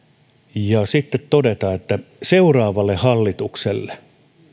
ja sitten todeta että seuraavalle hallitukselle